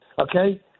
okay